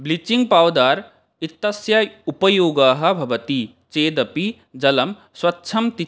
bleaching powder इत्यस्य उपयोगः भवति चेदपि जलं स्वच्छं ति